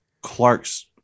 Clark's